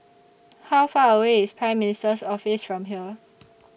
How Far away IS Prime Minister's Office from here